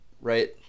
right